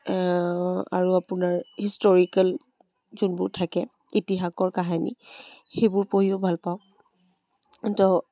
আৰু আপোনাৰ হিষ্টৰীকেল যোনবোৰ থাকে ইতিহাসৰ কাহানী সেইবোৰ পঢ়িও ভাল পাওঁ তো